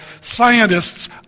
scientists